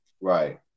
Right